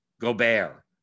Gobert